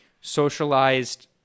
socialized